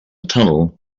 tunnel